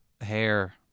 hair